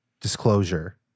Disclosure